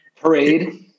parade